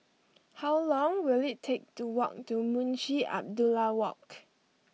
how long will it take to walk to Munshi Abdullah Walk